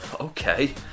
okay